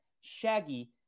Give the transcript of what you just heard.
Shaggy